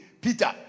Peter